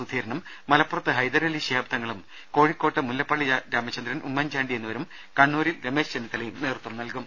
സുധീരനും മലപ്പുറത്ത് ഹൈദരലി ശിഹാബ് തങ്ങളും കോഴിക്കോട് മുല്ലപ്പള്ളി രാമചന്ദ്രൻ ഉമ്മൻ ചാണ്ടി എന്നിവരും കണ്ണൂരിൽ രമേശ് ചെന്നിത്തലയും നേതൃത്വം നൽകും